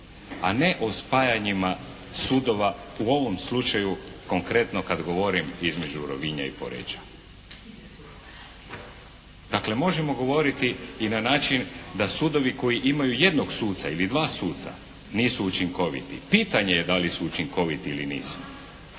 a ne o spajanjima sudova u ovom slučaju konkretno kad govorim između Rovinja i Poreča. Dakle, možemo govoriti i na način da sudovi koji imaju jednog suca ili dva suca nisu učinkoviti. Pitanje je da li su učinkoviti ili nisu.